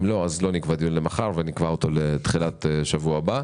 אם לא אז לא נקבע דיון למחר אלא לתחילת השבוע הבא.